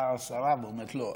באה השרה ואומרת: לא.